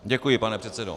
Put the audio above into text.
Děkuji, pane předsedo.